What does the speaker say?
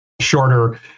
Shorter